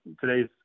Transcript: today's